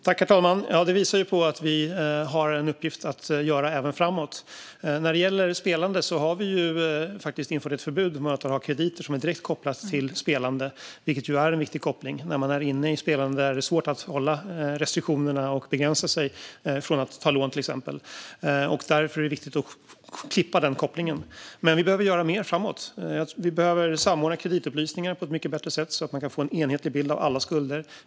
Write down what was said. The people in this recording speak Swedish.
Herr talman! Det visar på att vi har en uppgift att göra även framåt. När det gäller spelande har vi infört ett förbud mot att ha krediter som är direkt kopplade till spelande. Det är en viktig koppling. När man är inne i spelande är det svårt att hålla restriktionerna och begränsa sig från att till exempel ta lån. Därför är det viktigt att klippa den kopplingen. Vi behöver göra mer framåt. Vi behöver samordna kreditupplysningar på ett mycket bättre sätt så att man kan få en enhetlig bild av alla skulder.